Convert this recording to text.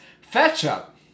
Fetch-up